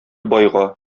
байга